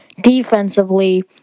defensively